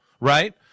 right